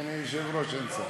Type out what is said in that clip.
אדוני היושב-ראש, אין שר.